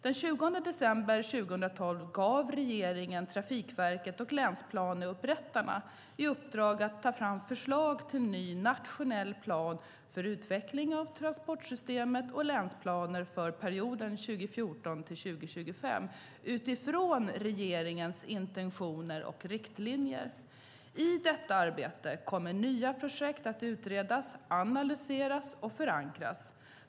Den 20 december 2012 gav regeringen Trafikverket och länsplaneupprättarna i uppdrag att ta fram förslag till ny nationell plan för utveckling av transportsystemet och länsplaner för perioden 2014-2025 utifrån regeringens intentioner och riktlinjer. I detta arbete kommer nya projekt att utredas, analyseras och förankras.